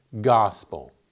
gospel